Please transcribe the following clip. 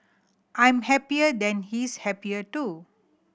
I'm happier and he's happier too